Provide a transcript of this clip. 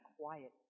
quiet